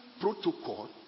protocol